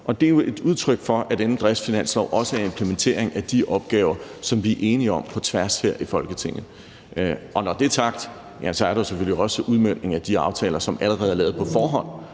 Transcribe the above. det er jo et udtryk for, at denne driftsfinanslov også indeholder en implementering af de opgaver, som vi er enige om på tværs her i Folketinget. Og når det er sagt, er der selvfølgelig også udmøntningen af de aftaler, som allerede er lavet på forhånd,